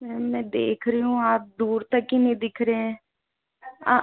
ma'am मैं देख रही हूँ आप दूर तक ही नहीं दिख रहे हैं आ